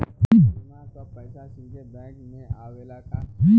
बीमा क पैसा सीधे बैंक में आवेला का?